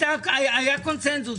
היה קונצנזוס.